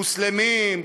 מוסלמים,